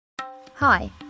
Hi